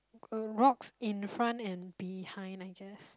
um rocks in front and behind I guess